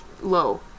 low